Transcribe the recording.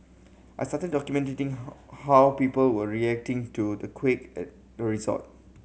I started documenting how how people were reacting to the quake at the resort